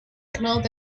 cloth